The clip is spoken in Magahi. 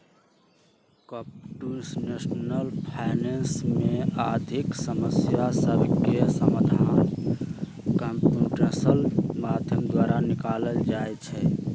कंप्यूटेशनल फाइनेंस में आर्थिक समस्या सभके समाधान कंप्यूटेशनल माध्यम द्वारा निकालल जाइ छइ